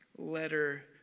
Letter